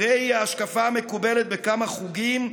הרי היא ההשקפה המקובלת בכמה חוגים,